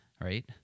Right